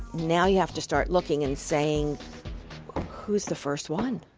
now you have to start looking and saying who is the first one?